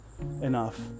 enough